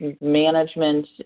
management